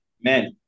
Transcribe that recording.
man